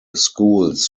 schools